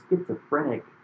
schizophrenic